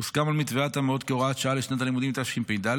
הוסכם על מתווה התאמות והוראת שעה לשנת הלימודים תשפ"ד,